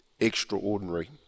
extraordinary